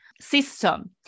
system